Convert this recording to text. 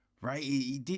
right